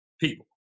people